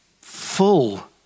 full